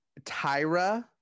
Tyra